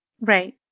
Right